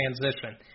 transition